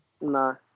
No